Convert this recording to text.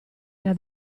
era